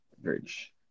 bridge